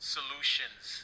solutions